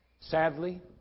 Sadly